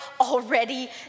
already